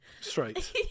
straight